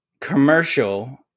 commercial